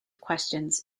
questions